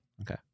Okay